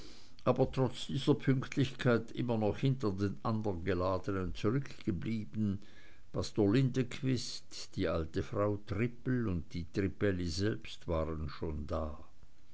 aber trotz dieser pünktlichkeit immer noch hinter den anderen geladenen zurückgeblieben pastor lindequist die alte frau trippel und die trippelli selbst waren schon da